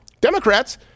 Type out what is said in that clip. Democrats